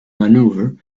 maneuver